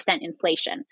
inflation